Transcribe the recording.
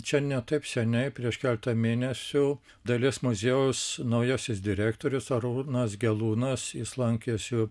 čia ne taip seniai prieš keletą mėnesių dalies muziejaus naujasis direktorius arūnas gelūnas jis lankėsi